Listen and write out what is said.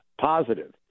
positive